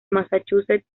massachusetts